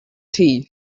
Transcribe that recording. tea